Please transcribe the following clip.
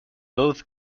both